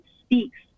speaks